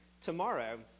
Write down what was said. tomorrow